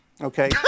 okay